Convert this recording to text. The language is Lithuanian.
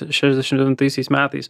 šešdešimt devintaisiais metais